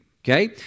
Okay